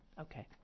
Okay